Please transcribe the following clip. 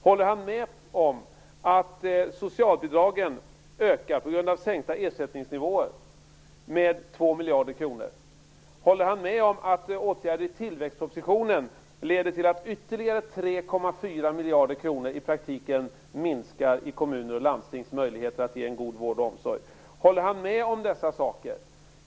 Håller han med om att socialbidragen på grund av sänkta ersättningsnivåer ökar med 2 miljarder kronor? Håller han med om att åtgärderna i tillväxtpropositionen leder till att kommuners och landstings möjligheter att ge en god vård och omsorg i praktiken minskas med ytterligare 3,4 miljarder? Håller han med om dessa saker?